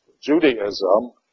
Judaism